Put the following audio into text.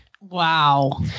Wow